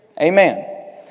Amen